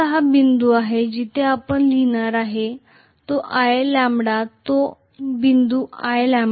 हाच मुद्दा आपण लिहित आहोत हा i आहे λ तो बिंदू i λ